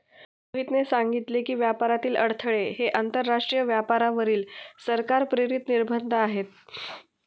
मोहितने सांगितले की, व्यापारातील अडथळे हे आंतरराष्ट्रीय व्यापारावरील सरकार प्रेरित निर्बंध आहेत